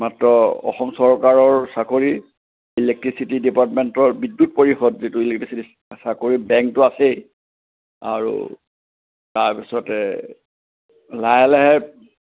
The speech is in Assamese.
মাত্ৰ অসম চৰকাৰৰ চাকৰি ইলেকট্ৰিচিটি ডিপাৰ্টমেণ্টৰ বিদ্যুত পৰিষদ যিটো ইলেকট্ৰিচিটি চাকৰি বেংকটো আছেই আৰু তাৰপিছতে লাহে লাহে